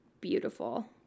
beautiful